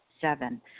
Seven